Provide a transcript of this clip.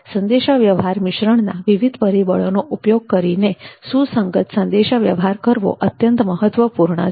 સંદેશાવ્યવહાર મિશ્રણના વિવિધ પરિબળોનો ઉપયોગ કરીને સુસંગત સંદેશા વ્યવહાર કરવો અત્યંત મહત્વપૂર્ણ છે